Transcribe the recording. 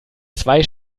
zwei